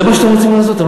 זה מה שאתם רוצים לעשות?